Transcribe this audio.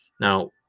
Now